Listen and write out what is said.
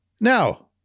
Now